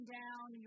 down